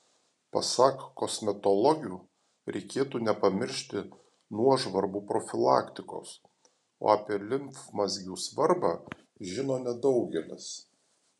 pasak kosmetologių reikėtų nepamiršti nuožvarbų profilaktikos o apie limfmazgių svarbą žino nedaugelis